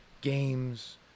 games